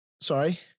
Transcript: Sorry